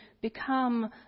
become